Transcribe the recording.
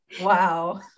Wow